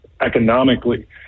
economically